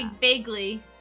vaguely